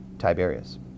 Tiberius